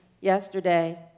yesterday